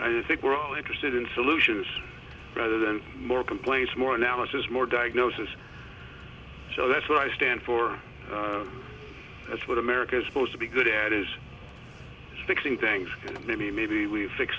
i think we're all interested in solutions rather than more complaints more analysis more diagnosis so that's what i stand for that's what america supposed to be good at is fixing things maybe maybe we fix